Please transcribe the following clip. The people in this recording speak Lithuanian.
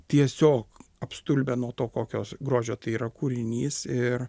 tiesiog apstulbę nuo to kokios grožio tai yra kūrinys ir